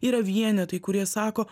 yra vienetai kurie sako